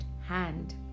hand